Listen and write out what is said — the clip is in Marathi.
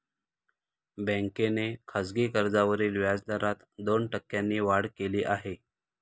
बँकेने खासगी कर्जावरील व्याजदरात दोन टक्क्यांनी वाढ केली आहे